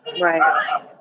Right